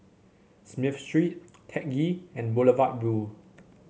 Smith Street Teck Ghee and Boulevard Vue